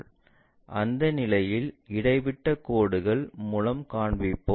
எனவே அந்த நிலையில் இடைவிட்டக் கோடுகள் மூலம் காண்பிப்போம்